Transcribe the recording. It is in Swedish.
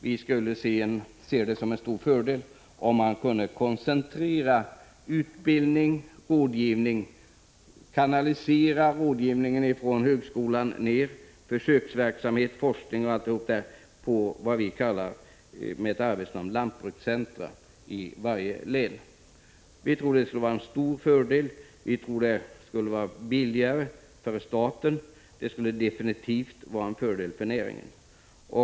Vi skulle se det som en stor fördel om man kunde koncentrera utbildning och rådgivning, kanalisera rådgivningen från högskolan och nedåt, samordna försöksverksamhet, forskning osv. till vad vi med ett arbetsnamn kallar lantbrukscentra i varje län. Vi tror att det skulle vara en stor fördel. Vi tror att det skulle vara billigare för staten än nuvarande system. Det skulle definitivt vara en fördel för näringen.